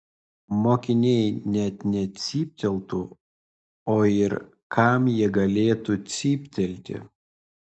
mokiniai net necypteltų o ir kam jie galėtų cyptelti